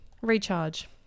recharge